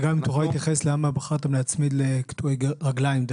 וגם אם תוכל להסביר למה בחרתם להצמיד דווקא לקטועי רגליים,